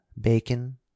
bacon